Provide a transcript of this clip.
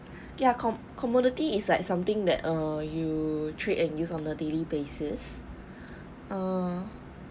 ya com~ commodity is like something that err you trade and use on a daily basis err